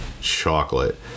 chocolate